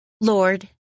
Lord